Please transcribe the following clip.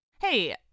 Hey